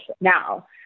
now